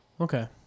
Okay